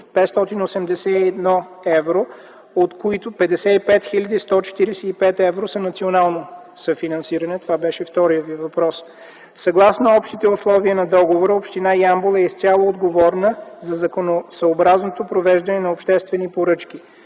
582 евро, от които 55 хил. 145 евро са национално съфинансиране. Това беше вторият Ви въпрос. Съгласно общите условия на договора община Ямбол изцяло е отговорна за законосъобразното провеждане на обществени поръчки.